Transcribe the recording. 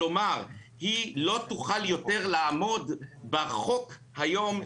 כלומר: היא לא תוכל יותר לעמוד בחוק היום,